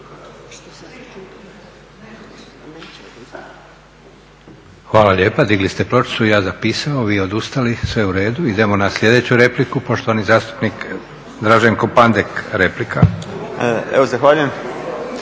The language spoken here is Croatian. Hvala lijepa, digli ste pločicu, ja zapisao, vi odustali. Sve u redu. Idemo na sljedeću repliku, poštovani zastupnik Draženko Pandek, replika. **Pandek,